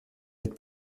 mit